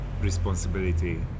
responsibility